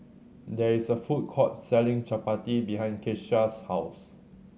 there is a food court selling Chapati behind Keshia's house